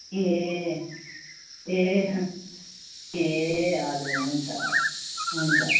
ए ए ए हजुर हुन्छ हुन्छ